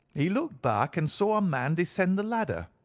he looked back and saw a man descend the ladder.